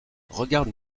regarde